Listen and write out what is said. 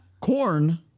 Corn